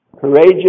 courageous